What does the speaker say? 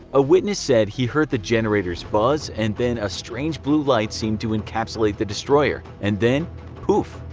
a witness said he heard the generators buzz and then a strange blue light seemed to encapsulate the destroyer, and then poof,